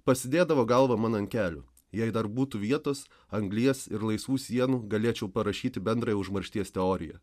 pasidėdavo galvą man ant kelių jei dar būtų vietos anglies ir laisvų sienų galėčiau parašyti bendrąją užmaršties teoriją